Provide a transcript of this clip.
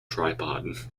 tripod